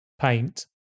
paint